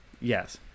Yes